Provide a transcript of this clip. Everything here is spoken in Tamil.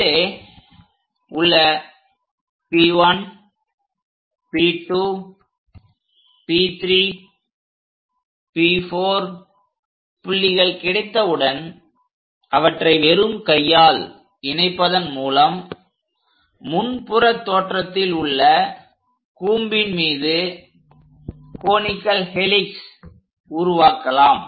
மேலே உள்ள P1 P2 P3 P4 புள்ளிகள் கிடைத்தவுடன் அவற்றை வெறும் கையால் இணைப்பதன் மூலம் முன்புற தோற்றத்தில் உள்ள கூம்பின் மீது கோனிகல் ஹெலிக்ஸ் உருவாக்கலாம்